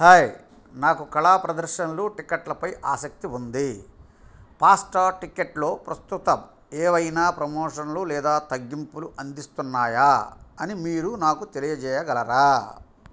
hi నాకు కళా ప్రదర్శనలు టికెట్లపై ఆసక్తి ఉంది ఫాస్టా టికెట్లో ప్రస్తుతం ఏవైనా ప్రమోషన్లు లేదా తగ్గింపులు అందిస్తున్నాయా అని మీరు నాకు తెలియజేయగలరా